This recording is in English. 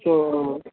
so